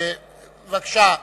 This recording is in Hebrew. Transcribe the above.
בבקשה,